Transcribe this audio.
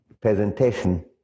presentation